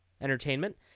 Entertainment